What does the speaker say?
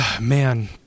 Man